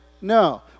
no